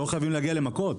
לא חייבים להגיע למכות.